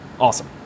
awesome